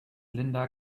linda